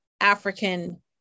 African